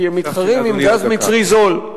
כי הם מתחרים עם גז מצרי זול.